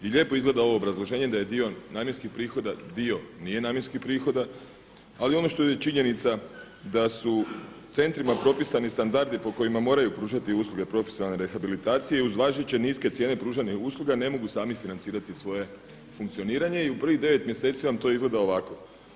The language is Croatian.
I lijepo izgleda ovo obrazloženje da je dio namjenskih prihoda dio nije namjenskih prihoda, ali ono što je činjenica da su centrima propisani standardi po kojima moraju pružati usluge profesionalne rehabilitacije uz važeće niske cijene pružanja usluga ne mogu sami financirati svoje funkcioniranje i u prvih devet mjeseci vam to izgleda ovako.